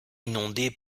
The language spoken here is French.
inondée